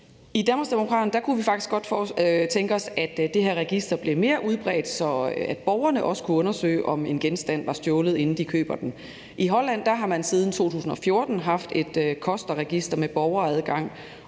I Danmarksdemokraterne kunne vi faktisk godt tænke os, at det her register blev mere udbredt, så borgerne også kunne undersøge, om en genstand var stjålet, inden de køber den. I Holland har man siden 2014 haft et kosterregister med borgeradgang,